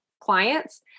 clients